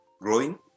growing